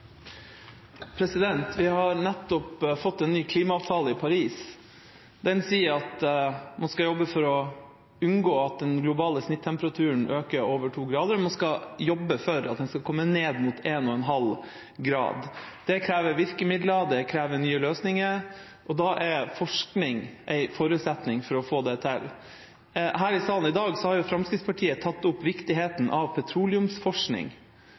har nettopp fått en ny klimaavtale i Paris. Den sier at man skal jobbe for å unngå at den globale snittemperaturen øker over 2 grader, man skal jobbe for at den skal komme ned mot 1,5 grad. Det krever virkemidler, det krever nye løsninger, og da er forskning en forutsetning for å få det til. Her i salen i dag har Fremskrittspartiet tatt opp viktigheten av petroleumsforskning.